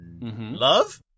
love